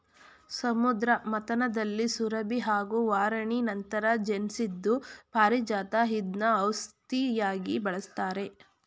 ಸಮುದ್ರ ಮಥನದಲ್ಲಿ ಸುರಭಿ ಹಾಗೂ ವಾರಿಣಿ ನಂತರ ಜನ್ಸಿದ್ದು ಪಾರಿಜಾತ ಇದ್ನ ಔಷ್ಧಿಯಾಗಿ ಬಳಸ್ತಾರೆ